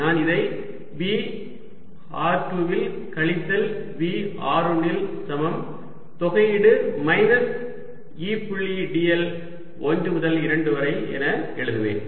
நான் இதை V r2 வில் கழித்தல் V r1 ல் சமம் தொகையீடு மைனஸ் E புள்ளி dl 1 முதல் 2 வரை என எழுதுவேன்